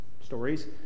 stories